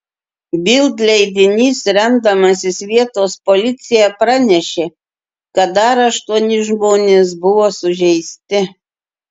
bild leidinys remdamasis vietos policija pranešė kad dar aštuoni žmonės buvo sužeisti